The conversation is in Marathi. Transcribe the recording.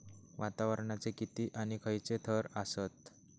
वातावरणाचे किती आणि खैयचे थर आसत?